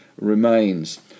remains